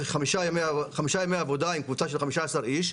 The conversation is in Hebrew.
חמישה ימי עבודה עם קבוצה של 15 איש.